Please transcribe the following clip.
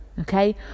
okay